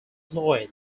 lloyd